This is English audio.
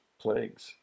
plagues